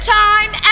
time